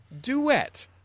duet